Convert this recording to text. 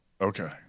Okay